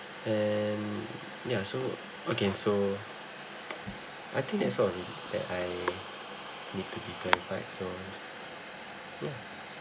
and yeah so okay so I think that's all that I need to be clarified so yeah